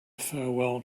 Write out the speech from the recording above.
farewell